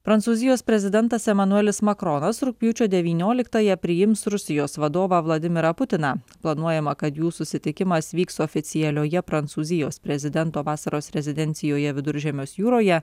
prancūzijos prezidentas emanuelis makronas rugpjūčio devynioliktąją priims rusijos vadovą vladimirą putiną planuojama kad jų susitikimas vyks oficialioje prancūzijos prezidento vasaros rezidencijoje viduržemės jūroje